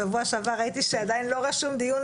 שבוע שעבר ראיתי שעדיין לא רשום דיון